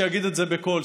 שיגיד את זה בקול,